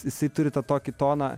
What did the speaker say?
jisai turi tą tokį toną